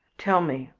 tell me,